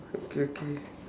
okay okay